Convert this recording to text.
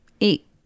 Eight